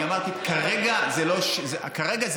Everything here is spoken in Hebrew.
אמרתי: כרגע זה לא המצב.